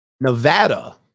Nevada